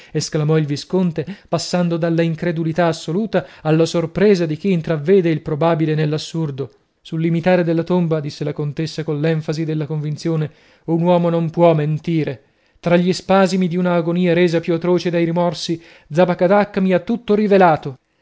esclamò il visconte passando dalla incredulità assoluta alla sorpresa di chi intravvede il probabile nell'assurdo sul limitare della tomba disse la contessa coll'enfasi della convinzione un uomo non può mentire tra gli spasimi di una agonia resa più atroce dai rimorsi zabakadak mi ha tutto rivelato